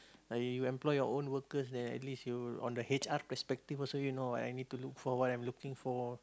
like you employ your own workers then at least you on the H_R perspective also you know what I need to look for what I'm looking for